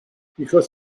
because